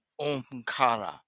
Omkara